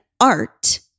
art